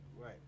Right